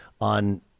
on